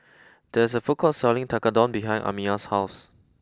there's a food court selling Tekkadon behind Amiyah's house